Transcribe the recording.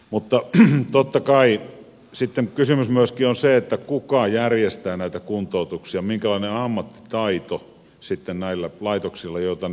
mutta totta kai sitten kysymys on myöskin siitä kuka järjestää näitä kuntoutuksia minkälainen ammattitaito sitten näillä laitoksilla jotka näitä järjestävät on